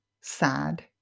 sad